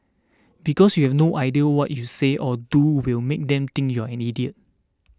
because you have no idea what you say or do will make them think you're an idiot